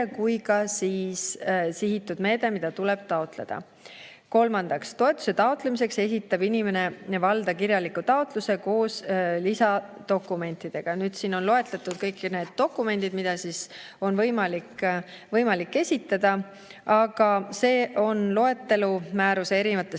kui ka sihitud meede, mida tuleb taotleda. Kolmandaks: toetuse taotlemiseks esitab inimene valda kirjaliku taotluse koos lisadokumentidega. Siin on loetletud kõik need dokumendid, mida on võimalik esitada. Aga see on loetelu määruse erinevatest